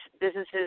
businesses